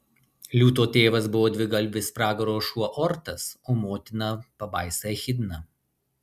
liūto tėvas buvo dvigalvis pragaro šuo ortas o motina pabaisa echidna